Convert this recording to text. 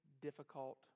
difficult